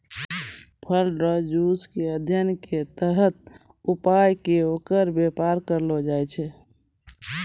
फल रो जुस के अध्ययन के तहत उपजाय कै ओकर वेपार करलो जाय छै